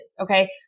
Okay